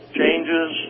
changes